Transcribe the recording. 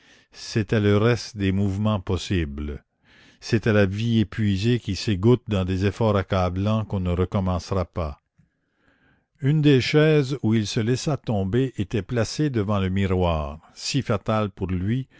c'était le reste des mouvements possibles c'était la vie épuisée qui s'égoutte dans des efforts accablants qu'on ne recommencera pas une des chaises où il se laissa tomber était placée devant le miroir si fatal pour lui